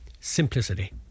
simplicity